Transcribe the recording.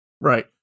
Right